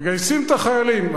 מגייסים את החיילים.